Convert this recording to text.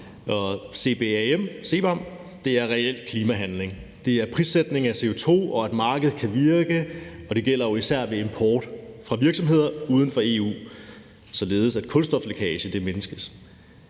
Det er reel klimahandling. Det handler om prissætning af CO2 og om at sikre, at markedet kan virke – og det gælder jo især ved import fra virksomheder uden for EU – således at kulstoflækage mindskes,